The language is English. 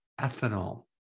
ethanol